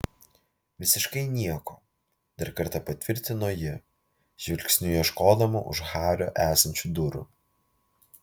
visiškai nieko dar kartą patvirtino ji žvilgsniu ieškodama už hario esančių durų